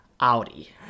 audi